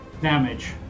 damage